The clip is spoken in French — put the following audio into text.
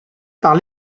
par